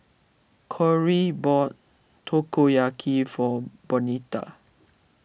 Kory bought Takoyaki for Bonita